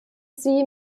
sie